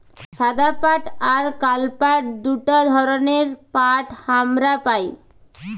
সাদা পাট আর কাল পাট দুটা রকমের পাট হামরা পাই